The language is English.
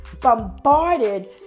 bombarded